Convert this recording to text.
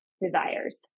desires